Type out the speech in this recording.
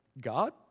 God